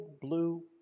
blue